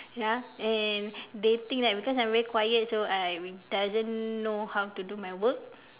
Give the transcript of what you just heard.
ya and they think that because I am very quiet so I doesn't know how to do my work